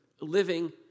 living